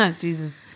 Jesus